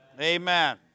Amen